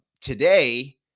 Today